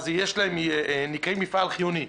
אז יש להם אישור של מפעל חיוני.